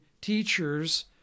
teachers